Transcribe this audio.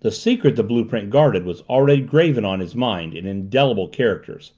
the secret the blue-print guarded was already graven on his mind in indelible characters